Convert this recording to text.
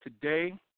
today